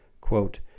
Quote